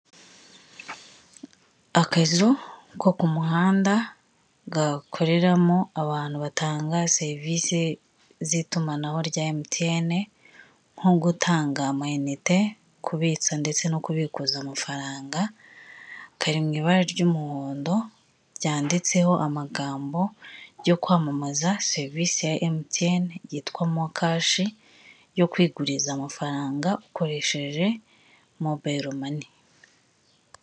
Akazu ko ku muhanda gakoreramo abantu batanga serivisi z'itumanaho rya emutiyene, nko gutanga ama inite, kubitsa ndetse no kubikuza amafaranga, kari mu ibara ry'umuhondo ryanditseho amagambo yo kwamamaza serivisi ya emutiyene yitwa mokashi yo kwiguriza amafaranga ukoresheje mobayilo mani.